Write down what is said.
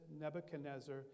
Nebuchadnezzar